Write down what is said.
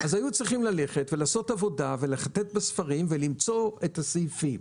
והיו צריכים ללכת ולעשות עבודה ולחטט בספרים ולמצוא את הסעיפים.